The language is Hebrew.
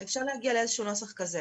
אפשר להגיע לאיזשהו נוסח כזה,